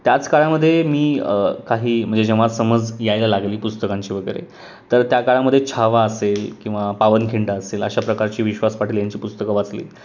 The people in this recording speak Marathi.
त्याच काळामधे मी काही म्हणजे जेव्हा समज यायला लागली पुस्तकांची वगैरे तर त्या काळामध्ये छावा असेल किंवा पावनखिंड असेल अशा प्रकारची विश्वास पाटील यांची पुस्तकं वाचली